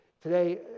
Today